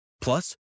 Plus